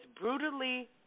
brutally